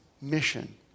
mission